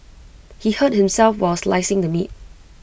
he hurt himself while slicing the meat